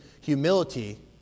humility